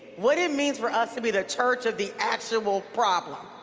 what it means for us to be the church of the actual problem.